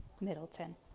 Middleton